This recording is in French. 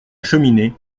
cheminée